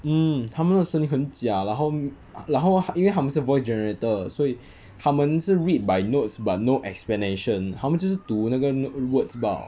hmm 他们的声音很假然后然后还因为他们是 voice generator 所以他们是 read by notes but no explanation 他们就是读那个 w~ words 罢 liao